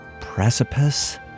precipice